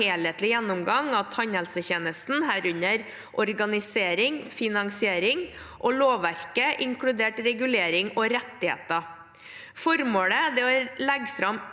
helhetlig gjennomgang av tannhelsetjenesten, herunder organisering, finansiering og lovverket, inkludert regulering og rettigheter. Formålet er å legge fram